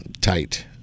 tight